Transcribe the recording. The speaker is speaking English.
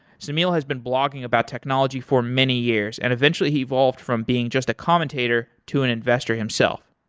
semil has been blogging about technology for many years and eventually he evolved from being just a commentator to an investor himself.